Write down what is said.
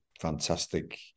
fantastic